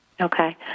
Okay